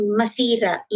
masira